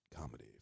comedy